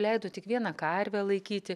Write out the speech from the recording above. leido tik vieną karvę laikyti